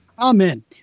Amen